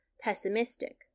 pessimistic